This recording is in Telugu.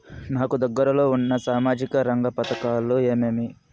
నాకు దగ్గర లో ఉన్న సామాజిక రంగ పథకాలు ఏమేమీ?